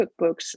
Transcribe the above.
cookbooks